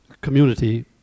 community